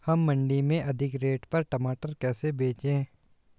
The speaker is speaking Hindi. हम मंडी में अधिक रेट पर टमाटर कैसे बेचें?